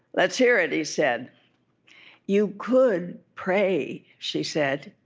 let's hear it he said you could pray she said,